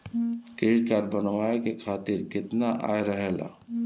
Credit card बनवाए के खातिर केतना आय रहेला?